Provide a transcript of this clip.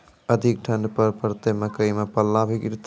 अधिक ठंड पर पड़तैत मकई मां पल्ला भी गिरते?